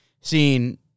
seeing